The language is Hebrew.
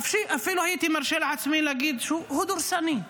ואפילו הייתי מרשה לעצמי להגיד שהוא דורסני.